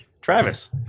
Travis